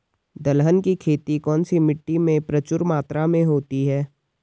दलहन की खेती कौन सी मिट्टी में प्रचुर मात्रा में होती है?